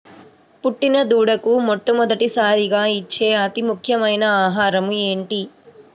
పుట్టిన దూడకు మొట్టమొదటిసారిగా ఇచ్చే అతి ముఖ్యమైన ఆహారము ఏంటి?